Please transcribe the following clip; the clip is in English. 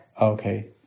Okay